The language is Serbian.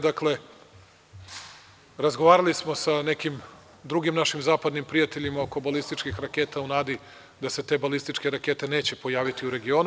Dakle, razgovarali smo sa nekim drugim našim zapadnim prijateljima oko balističkih raketa, u nadi da se te balističke rakete neće pojaviti u regionu.